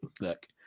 look